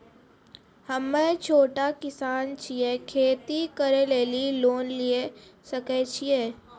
हम्मे छोटा किसान छियै, खेती करे लेली लोन लिये सकय छियै?